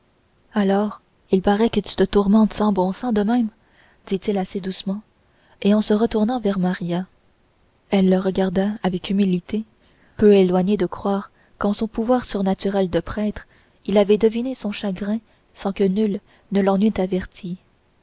alors il paraît que tu te tourmentes sans bon sens de même dit-il assez doucement en se retournant vers maria elle le regarda avec humilité peu éloignée de croire qu'en son pouvoir surnaturel de prêtre il avait deviné son chagrin sans que nul ne